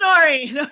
story